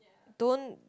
don't